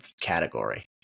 category